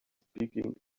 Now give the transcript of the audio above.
speaking